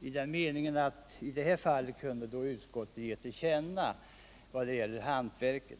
i den meningen att utskottet i detta fall kunde ge till känna sin uppfattning vad gäller hantverket.